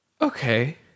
Okay